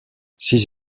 six